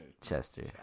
Chester